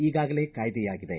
ಈಗಾಗಲೇ ಕಾಯ್ದೆಯಾಗಿದೆ